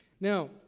Now